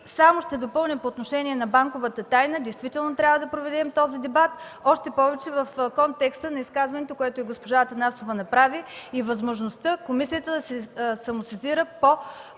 Само да допълня по отношение на банковата тайна. Действително трябва да проведем такъв дебат, още повече в контекста на изказването, направено от госпожа Атанасова, е и възможността комисията да се самосезира по